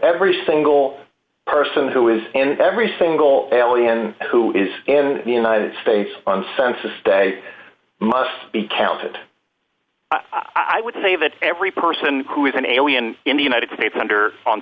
every single person who is in every single alien who is in the united states on census day must be counted i would say that every person who is an alien in the united states under on